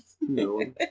No